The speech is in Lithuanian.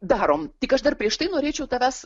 darom tik aš dar prieš tai norėčiau tavęs